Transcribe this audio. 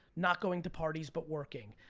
not going to parties, but working,